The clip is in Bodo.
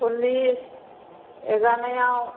सलिस एक आनायाव